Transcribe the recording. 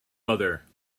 mother